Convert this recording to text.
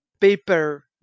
paper